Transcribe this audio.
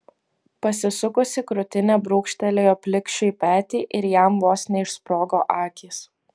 pasisukusi krūtine brūkštelėjo plikšiui petį ir jam vos neišsprogo akys